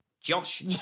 Josh